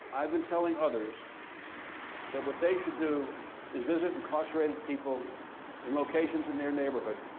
i've been telling others that what they should do is visit incarcerated people in locations in their neighborhood.